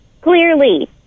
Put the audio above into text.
clearly